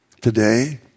today